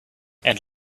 and